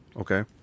okay